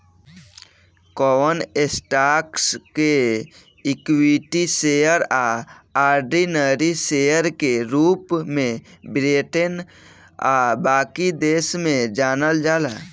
कवन स्टॉक्स के equity share आ ऑर्डिनरी शेयर के रूप में ब्रिटेन आ बाकी देश में जानल जाला